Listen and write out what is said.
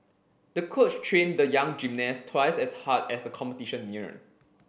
the coach trained the young gymnast twice as hard as the competition neared